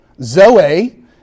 Zoe